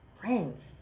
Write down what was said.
friends